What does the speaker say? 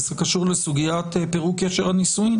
זה קשור לסוגיית פירוק קשר הנישואים.